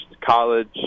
college